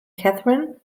catherine